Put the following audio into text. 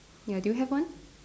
ya do you have one